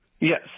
Yes